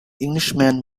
englishman